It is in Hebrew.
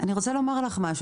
אני רוצה לומר לך משהו,